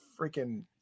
freaking